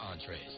entrees